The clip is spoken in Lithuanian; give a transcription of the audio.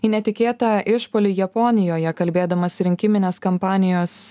į netikėtą išpuolį japonijoje kalbėdamas rinkiminės kampanijos